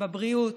בבריאות,